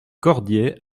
cordier